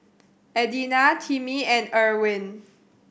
Adina Timmie and Irwin